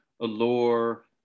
allure